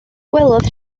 gwelodd